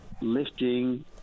lifting